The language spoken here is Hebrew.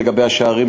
לגבי השערים,